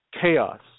chaos